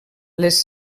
les